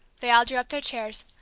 they all drew up their chairs.